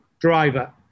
driver